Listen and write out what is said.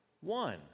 one